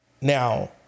Now